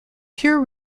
pure